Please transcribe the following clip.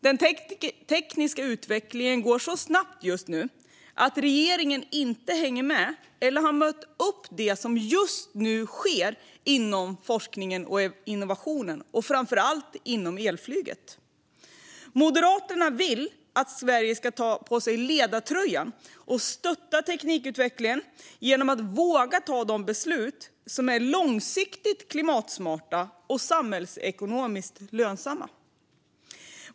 Den tekniska utvecklingen går så snabbt just nu att regeringen inte hänger med eller har mött upp det som just nu sker inom forskning och innovation, framför allt när det gäller elflyget. Moderaterna vill att Sverige ska ta på sig ledartröjan och stötta teknikutvecklingen genom att våga ta de beslut som är långsiktigt klimatsmarta och samhällsekonomiskt lönsamma.